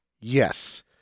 Yes